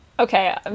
Okay